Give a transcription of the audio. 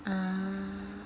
ah